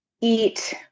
eat